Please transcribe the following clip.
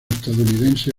estadounidense